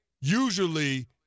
usually –